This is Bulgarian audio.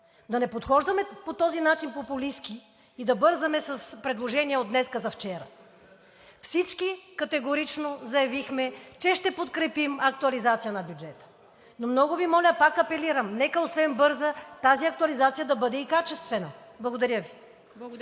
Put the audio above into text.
да не подхождаме по този популистки начин и да бързаме с предложения от днес за вчера. Всички категорично заявихме, че ще подкрепим актуализацията на бюджета. Много Ви моля и пак апелирам: нека освен бърза тази актуализация да бъде и качествена! Благодаря Ви.